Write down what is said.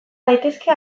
daitezke